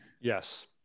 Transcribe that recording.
Yes